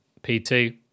P2